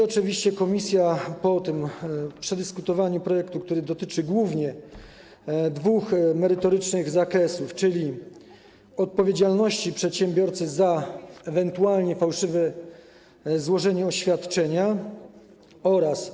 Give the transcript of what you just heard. Oczywiście komisja po przedyskutowaniu projektu, który dotyczy głównie dwóch merytorycznych zakresów, czyli odpowiedzialności przedsiębiorcy za ewentualne złożenie fałszywego oświadczenia oraz.